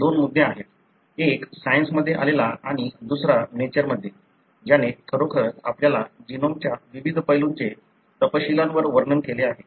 हे दोन मुद्दे आहेत एक सायन्स मध्ये आलेला आणि दुसरा नेचरमध्ये ज्याने खरोखरच आपल्या जीनोमच्या विविध पैलूंचे तपशीलवार वर्णन केले आहे